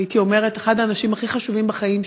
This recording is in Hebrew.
הייתי אומרת אחד האנשים הכי חשובים בחיים שלי,